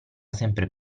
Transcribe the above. sempre